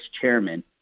chairman